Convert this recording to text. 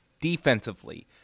defensively